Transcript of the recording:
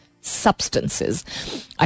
substances